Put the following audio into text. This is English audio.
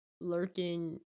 lurking